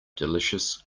delicious